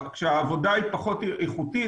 כשהעבודה היא פחות איכותית